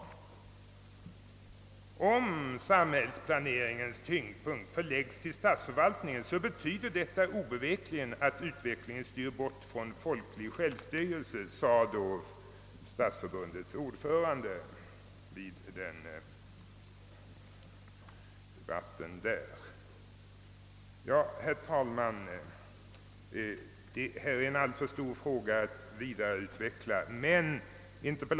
Om samhällsplaneringens tyngdpunkt läggs på statsförvaltningen styr ' utvecklingen obevekligt bort från folklig stjälvstyrelse, sade Stadsförbundets ordförande. Herr talman! Detta är en alltför stor fråga för att jag här skall kunna vidareutveckla mina synpunkter på den.